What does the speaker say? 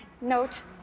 note